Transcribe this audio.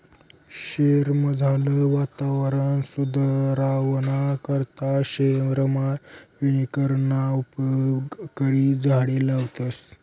शयेरमझारलं वातावरण सुदरावाना करता शयेरमा वनीकरणना उपेग करी झाडें लावतस